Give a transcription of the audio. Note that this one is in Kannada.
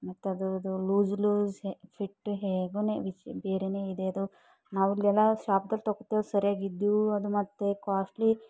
ಮತ್ತದು ಅದು ಲೂಸ್ ಲೂಸೆ ಫಿಟ್ಟು ಹೇಗೂ ವಿಚಿ ಬೇರೆನೆ ಇದೆ ಅದು ನಾವಿಲ್ಲಿ ಎಲ್ಲ ಶಾಪ್ದಾಗ ತೊಗೋತೀವಿ ಸರಿಯಾಗಿ ಇದ್ದು ಅದು ಮತ್ತೆ ಕಾಸ್ಟ್ಲಿ